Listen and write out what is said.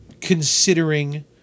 considering